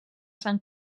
sant